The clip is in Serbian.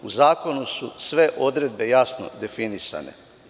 U zakonu su sve odredbe jasno definisane.